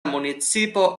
municipo